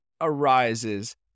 arises